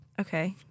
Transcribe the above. Okay